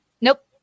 Nope